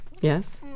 Yes